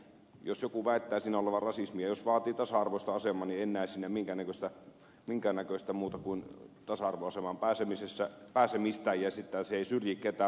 jos joku väittää siinä olevan rasismia jos vaatii tasa arvoista asemaa niin en näe siinä minkäännäköistä muuta kuin tasa arvoasemaan pääsemistä ja se ei syrji ketään